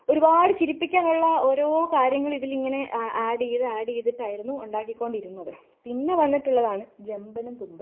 ഒരുപാട് ചിരിപ്പിക്കാനുള്ള ഓരോ കാര്യങ്ങൾ ഇതിൽ ഇങ്ങനെ ആഡ് ചെയ്തു ആഡ് ചെയ്തിട്ട് ആയിരുന്നു ഉണ്ടാക്കിക്കൊണ്ടിരുന്നത് പിന്നെ വന്നിട്ടുള്ളതാണ് ജമ്പനും തുമ്പനും